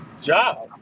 job